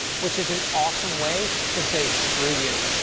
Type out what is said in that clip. which is an awesome way to say, screw you.